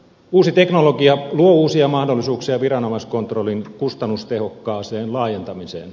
uusi teknologia luo uusia mahdollisuuksia viranomaiskontrollin kustannustehokkaaseen laajentamiseen